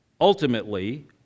ultimately